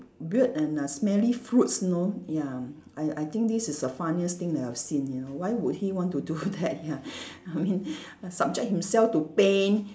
weird and uh smelly fruits you know ya I I think this is the funniest thing that I have seen you know why would he want to do that ya I mean subject himself to pain